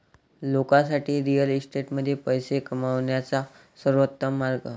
लोकांसाठी रिअल इस्टेटमध्ये पैसे कमवण्याचा सर्वोत्तम मार्ग